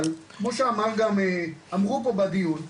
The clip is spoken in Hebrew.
אבל, כמו שאמרו פה כבר בדיוק,